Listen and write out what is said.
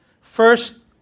First